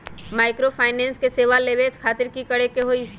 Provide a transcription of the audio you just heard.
Microfinance के सेवा लेबे खातीर की करे के होई?